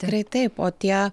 tikrai taip o tie